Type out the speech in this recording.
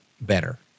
better